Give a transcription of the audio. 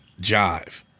jive